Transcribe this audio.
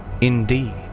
Indeed